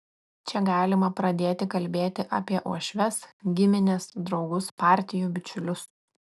čia galima pradėti kalbėti apie uošves gimines draugus partijų bičiulius